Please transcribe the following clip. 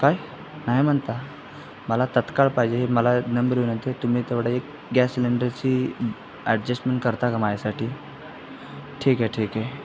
काय नाही म्हणता मला तत्काळ पाहिजे आहे मला नम्र विनंती आये येऊन तुम्ही तेवढा एक गॅस सिलेंडरची ॲडजेस्टमेंट करता का माझ्यासाठी ठीक आहे ठीक आहे